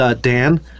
Dan